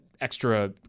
extra